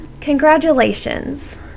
Congratulations